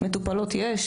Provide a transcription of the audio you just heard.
ככתובת,